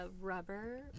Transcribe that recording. rubber